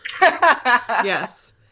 Yes